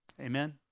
amen